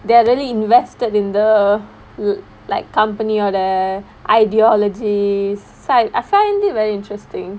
they're really invested in the like company or their ideology side I find it very interesting